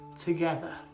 together